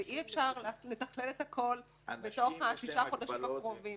ואי-אפשר לתכנן את הכול בשישה החודשים הקרובים,